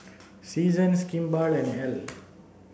seasons Kimball and Elle